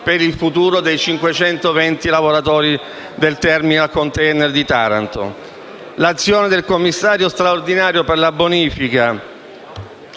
per il futuro dei 520 lavoratori del *terminal container* di Taranto. L'azione del commissario straordinario per la bonifica,